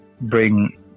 bring